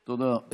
תודה.